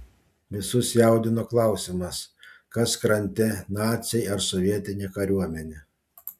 visus jaudino klausimas kas krante naciai ar sovietinė kariuomenė